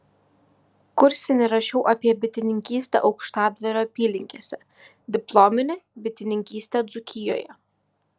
kursinį rašiau apie bitininkystę aukštadvario apylinkėse diplominį bitininkystę dzūkijoje